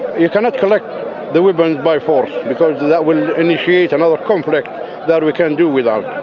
you cannot collect the weapons by force, because that will initiate another conflict that we can do without.